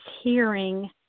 hearing